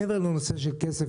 מעבר לנושא של כסף,